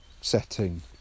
setting